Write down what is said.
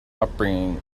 upbringing